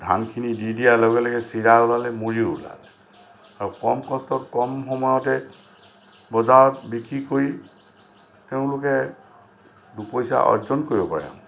ধানখিনি দি দিয়াৰ লগে লগে চিৰা ওলালে মুড়ী ওলালে আৰু কম কষ্টত কম সময়তে বজাৰত বিক্ৰী কৰি তেওঁলোকে দুপইচা অৰ্জন কৰিব পাৰে